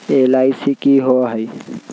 LIC की होअ हई?